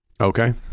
okay